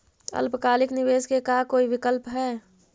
अल्पकालिक निवेश के का कोई विकल्प है?